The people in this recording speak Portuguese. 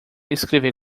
escrever